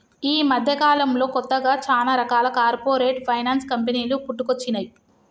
యీ మద్దెకాలంలో కొత్తగా చానా రకాల కార్పొరేట్ ఫైనాన్స్ కంపెనీలు పుట్టుకొచ్చినై